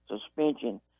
suspension